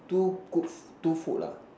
too good two food ah